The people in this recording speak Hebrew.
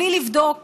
בלי לבדוק